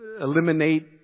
eliminate